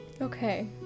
Okay